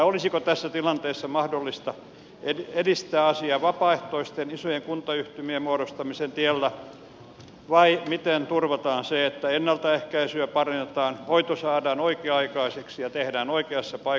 olisiko tässä tilanteessa mahdollista edistää asiaa vapaaehtoisten isojen kuntayhtymien muodostamisen tiellä vai miten turvataan se että ennaltaehkäisyä parannetaan hoito saadaan oikea aikaiseksi ja tehdään oikeassa paikassa